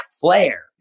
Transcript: Flair